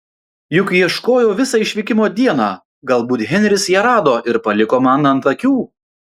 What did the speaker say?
juk ieškojau visą išvykimo dieną galbūt henris ją rado ir paliko man ant akių